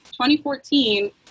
2014